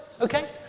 Okay